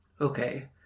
Okay